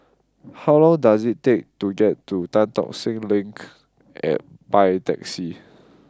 how long does it take to get to Tan Tock Seng Link by taxi